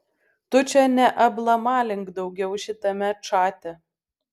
tu čia neablamalink daugiau šitame čate